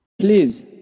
Please